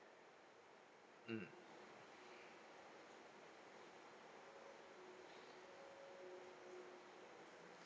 mm